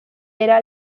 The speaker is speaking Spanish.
era